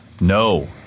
no